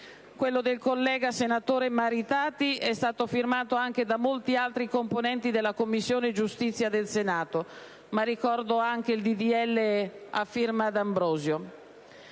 quello del collega senatore Maritati è stato firmato anche da molti altri componenti della Commissione giustizia del Senato, ma ricordo anche il disegno di legge a firma D'Ambrosio.